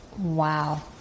Wow